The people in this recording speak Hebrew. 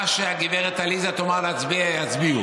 מה שגברת עליזה תאמר להצביע, יצביעו.